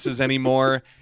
anymore